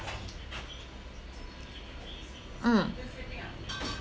mm